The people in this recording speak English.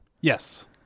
Yes